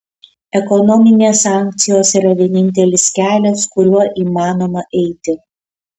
ekonominės sankcijos yra vienintelis kelias kuriuo įmanoma eiti